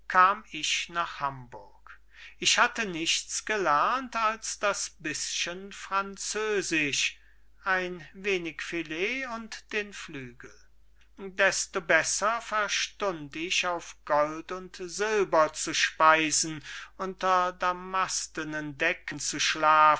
kam ich nach hamburg ich hatte nichts gelernt als das bischen französisch ein wenig filet und den flügel desto besser verstund ich auf gold und silber zu speisen unter damastenen decken